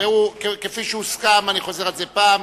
ראו, כפי שהוסכם, אני חוזר על זה פעם,